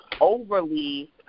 overly